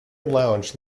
lounge